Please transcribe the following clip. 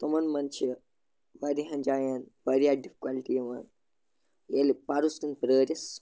تِمَن منٛز چھِ واریاہَن جایَن واریاہ ڈِفکَلٹی یِوان ییٚلہِ پَرُس کِنہٕ پرٲرِس